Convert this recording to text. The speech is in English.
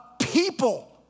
people